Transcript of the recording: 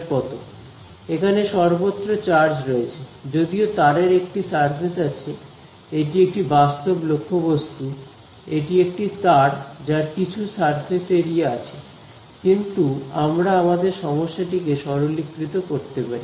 এখানে সর্বত্র চার্জ রয়েছে যদিও তারের একটি সারফেস আছে এটি একটি বাস্তব লক্ষ্যবস্তু এটি একটি তার যার কিছু সারফেস এরিয়া আছে কিন্তু আমরা আমাদের সমস্যাটিকে সরলীকৃত করতে পারি